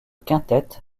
quintet